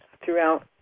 throughout